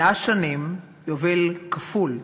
100 שנים, יובל כפול,